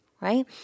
right